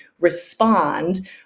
respond